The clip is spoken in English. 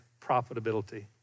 profitability